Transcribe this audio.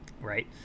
Right